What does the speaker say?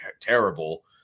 terrible